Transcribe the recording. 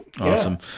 Awesome